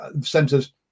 centres